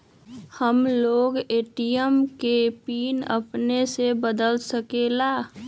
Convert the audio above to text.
हम लोगन ए.टी.एम के पिन अपने से बदल सकेला?